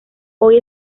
hoy